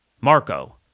Marco